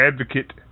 Advocate